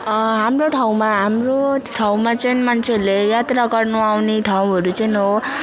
हाम्रो ठाउँमा हाम्रो ठाउँमा चाहिँ मान्छेहरूले यात्रा गर्नु आउने ठाउँहरू चाहिँ हो